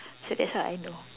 so that's why I know